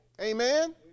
Amen